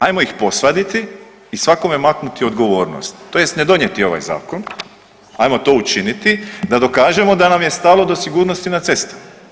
Ajmo ih posvaditi i svakome maknuti odgovornost, tj. ne donijeti ovaj Zakon, ajmo to učiniti da dokažemo da nam je stalo do sigurnosti na cestama.